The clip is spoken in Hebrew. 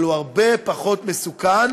אבל הוא הרבה פחות מסוכן,